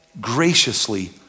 graciously